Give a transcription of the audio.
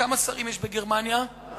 כמה שרים יש בגרמניה לדעתך?